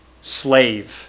slave